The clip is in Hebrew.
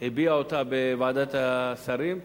הביע בוועדת השרים,